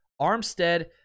Armstead